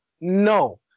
No